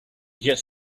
gets